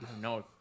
No